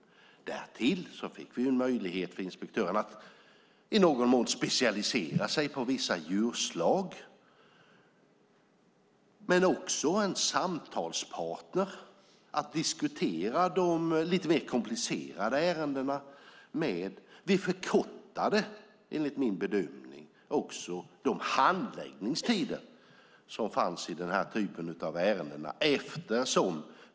Därtill fick vi en möjlighet för inspektörerna att i någon mån specialisera sig på vissa djurslag men också att vara en samtalspartner att diskutera de lite mer komplicerade ärendena med. Vi förkortade också enligt min bedömning de handläggningstider som fanns i den här typen av ärenden.